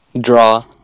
draw